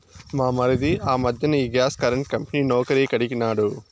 మా మరిది ఆ మధ్దెన ఈ గ్యాస్ కరెంటు కంపెనీ నౌకరీ కడిగినాడు